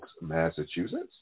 Massachusetts